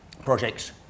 projects